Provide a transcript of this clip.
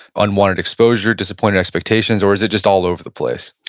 unwanted exposure, disappointed expectations, or is it just all over the place?